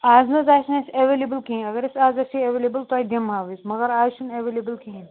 آز نَہ حظ آسہِ نہٕ اسہِ ایٚویلیبٕل کِہیٖنۍ اگر اسہِ آز آسہِ ہے ایٚویلیبٕل تۄہہِ دِمہ ہاو أسۍ مگر آز چھَنہٕ ایٚویلیبٕل کِہیٖنۍ